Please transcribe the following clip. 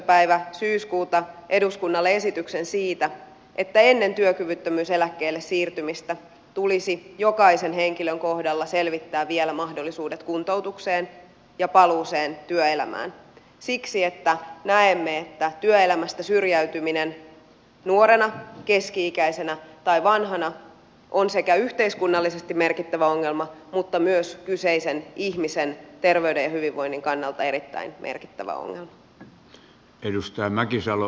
päivä syyskuuta eduskunnalle esityksen siitä että ennen työkyvyttömyyseläkkeelle siirtymistä tulisi jokaisen henkilön kohdalla selvittää vielä mahdollisuudet kuntoutukseen ja paluuseen työelämään siksi että näemme että työelämästä syrjäytyminen nuorena keski ikäisenä tai vanhana on sekä yhteiskunnallisesti merkittävä ongelma että myös kyseisen ihmisen terveyden ja hyvinvoinnin kannalta erittäin merkittävä ongelma